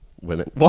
women